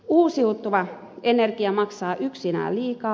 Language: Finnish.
uusiutuva energia maksaa yksinään liikaa